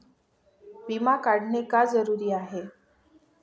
विमा काढणे का जरुरी आहे?